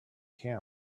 camp